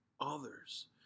others